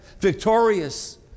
victorious